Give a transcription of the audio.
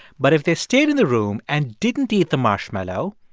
but if they stayed in the room and didn't eat the marshmallow,